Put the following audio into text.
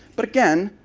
but again,